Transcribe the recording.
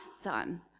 son